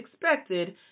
expected